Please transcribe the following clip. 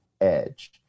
edge